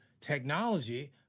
technology